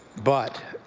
but